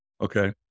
Okay